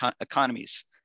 economies